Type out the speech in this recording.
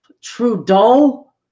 Trudeau